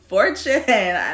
Fortune